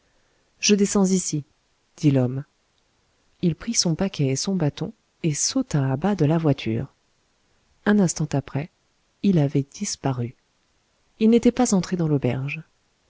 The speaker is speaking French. je descends ici dit l'homme il prit son paquet et son bâton et sauta à bas de la voiture un instant après il avait disparu il n'était pas entré dans l'auberge